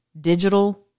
digital